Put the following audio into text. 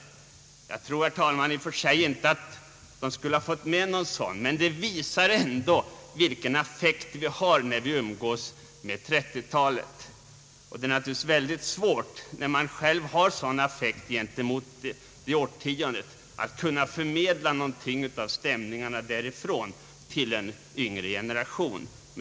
Jag tror att de i och för sig inte skulle ha fått med någon sådan, men det visar ändå vilken affekt vi råkar i när vi umgås med 1930 talet. Det är då naturligtvis mycket svårt att kunna förmedla någonting av stämningarna från detta årtionde till en yngre generation.